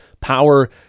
power